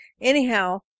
Anyhow